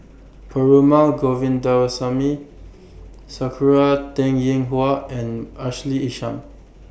Perumal Govindaswamy Sakura Teng Ying Hua and Ashley Isham